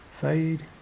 fade